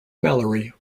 malloy